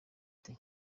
ati